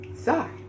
Sorry